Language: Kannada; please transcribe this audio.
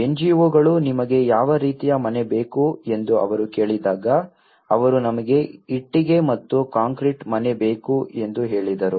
ಎನ್ಜಿಒಗಳು ನಿಮಗೆ ಯಾವ ರೀತಿಯ ಮನೆ ಬೇಕು ಎಂದು ಅವರು ಕೇಳಿದಾಗ ಅವರು ನಮಗೆ ಇಟ್ಟಿಗೆ ಮತ್ತು ಕಾಂಕ್ರೀಟ್ ಮನೆ ಬೇಕು ಎಂದು ಹೇಳಿದರು